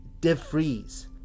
DeFreeze